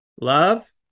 love